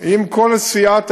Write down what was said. אם כל סיעת,